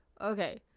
Okay